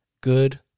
Good